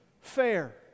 fair